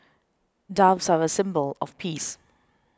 doves are a symbol of peace